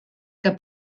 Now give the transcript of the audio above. que